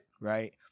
right